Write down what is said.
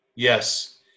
Yes